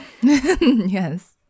Yes